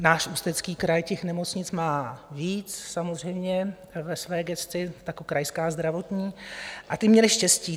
Náš Ústecký kraj těch nemocnic má víc samozřejmě ve své gesci, jako Krajská zdravotní, a ty měly štěstí.